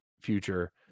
future